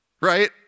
Right